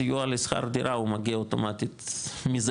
הסיוע לשכר דירה הוא מגיע אוטומטית מזה,